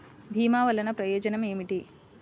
భీమ వల్లన ప్రయోజనం ఏమిటి?